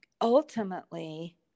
ultimately